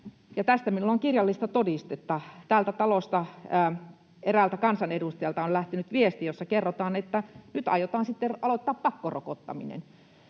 tästä minulla on kirjallista todistetta — täältä talosta eräältä kansanedustajalta on lähtenyt viesti, jossa kerrotaan, että nyt aiotaan sitten aloittaa pakkorokottaminen,